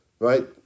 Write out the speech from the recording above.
Right